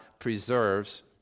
preserves